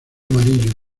amarillo